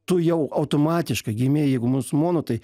tu jau automatiškai gimei jeigu musulmonu tai